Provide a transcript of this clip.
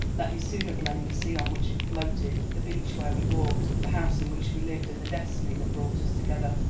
let me sooner blame the sea on which we floated, the beach where we walked, the house in which we lived, and the destiny that brought us together.